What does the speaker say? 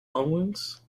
omens